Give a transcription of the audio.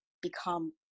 become